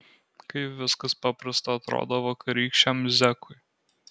kaip viskas paprasta atrodo vakarykščiam zekui